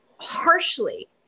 harshly